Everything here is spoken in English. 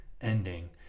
ending